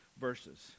verses